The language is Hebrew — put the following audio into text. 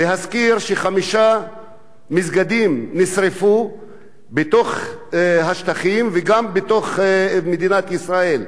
להזכיר שחמישה מסגדים נשרפו בתוך השטחים וגם בתוך מדינת ישראל,